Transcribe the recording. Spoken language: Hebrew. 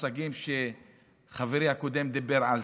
במושגים שחברי הקודם דיבר עליהם,